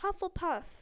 Hufflepuff